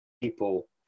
people